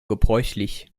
gebräuchlich